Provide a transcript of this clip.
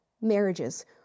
marriages